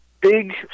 big